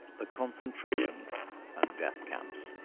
the concentration and death camps.